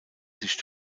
sich